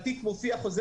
בתיק מופיע חוזה